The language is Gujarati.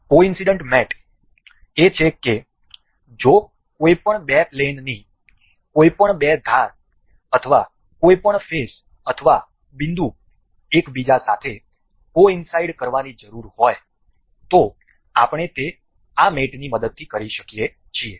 કોઇન્સડનટ મેટ એ છે કે જો કોઈ પણ બે પ્લેનોની કોઈ પણ બે ધાર અથવા કોઈપણ ફેસ અથવા બિંદુ એકબીજા સાથે કોઈન્સાઈડ કરવાની જરૂર હોય તો આપણે તે કરી શકીએ છીએ